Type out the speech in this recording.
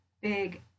big